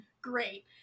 great